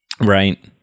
right